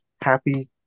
happy